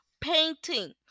painting